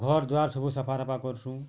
ଘର୍ ଦ୍ୱାର୍ ସବୁ ସଫାରଫା କର୍ସୁଁ